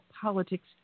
politics